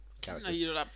characters